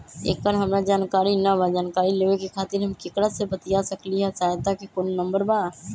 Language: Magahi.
एकर हमरा जानकारी न बा जानकारी लेवे के खातिर हम केकरा से बातिया सकली ह सहायता के कोनो नंबर बा?